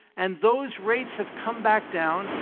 and those rates have come back down.